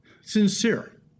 sincere